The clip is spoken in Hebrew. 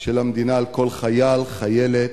של המדינה לכל חייל, חיילת,